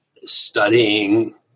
studying